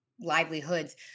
livelihoods